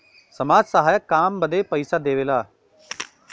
समाज सहायक काम बदे पइसा देवेला